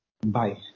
Bye